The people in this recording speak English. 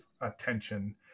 attention